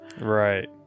Right